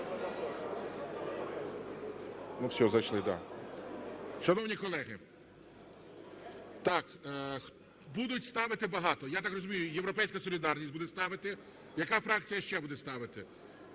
у залі) Шановні колеги, будуть ставити багато. Я так розумію, "Європейська солідарність" буде ставити. Яка фракція ще буде ставити?